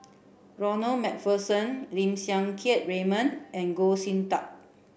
Ronald MacPherson Lim Siang Keat Raymond and Goh Sin Tub